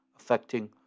affecting